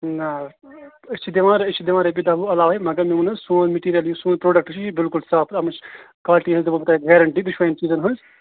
نہٕ أسۍ چھِ دِوان أسۍ چھِ دِوان رۅپیہِ دَہ وُہ عَلاوٕ مگر مےٚ ووٚن حظ سون مِٹیریل یُس سون پرٚوڈکٹ چھُ یہِ بِلکُل صاف اتھ منٛز چھِ کالٹی ہٕنٛز دِمہو تۅہہِ بہٕ گارنٹی دۅشوے چیٖزن ہٕنٛز